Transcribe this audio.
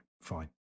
fine